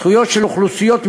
זכויות של אוכלוסיות מיעוטים,